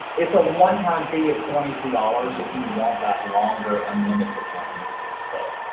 it's a one time fee of twenty two dollars if you want that longer unlimited length so,